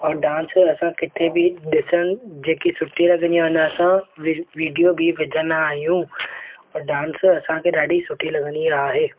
ऐं डांस खे असां किथे बि ॾिसणु जेकी सुठी लॻंदी आहे उनजो असां वीडियो बि विझंदा आहियूं और डांस असांखे ॾाढी सुठी लॻंदी आहे